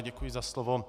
Děkuji za slovo.